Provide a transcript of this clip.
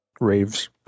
raves